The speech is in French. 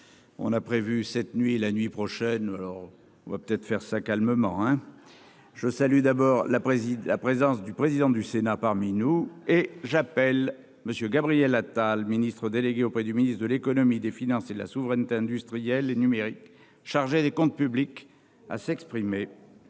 On a prévu cette nuit la nuit prochaine, alors on va peut-être faire ça calmement, hein, je salue d'abord la préside la présence du président du Sénat parmi nous et j'appelle monsieur Gabriel Attal Ministre délégué auprès du ministre de l'Économie, des Finances et de la souveraineté industrielle et numérique chargé des comptes publics à s'exprimer.